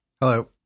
hello